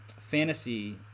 fantasy